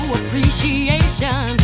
appreciation